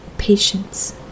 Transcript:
Patience